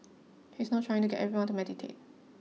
he is not trying to get everyone to meditate